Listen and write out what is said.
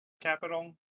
capital